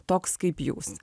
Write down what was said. toks kaip jūs